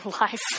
life